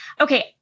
Okay